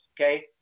okay